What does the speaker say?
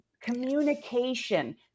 communication